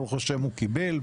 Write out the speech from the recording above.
ברוך ה' הוא קיבל,